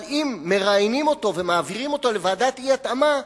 אבל אם מראיינים אותו ומעבירים אותו לוועדת אי-התאמה,